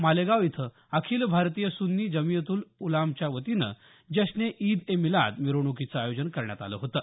मालेगाव इथं अखिल भारतीय सुन्नी जमियतुल उलमाच्या वतीनं जश्ने ईद ए मिलाद मिरवणूकीचं आयोजन करण्यात आलं होतं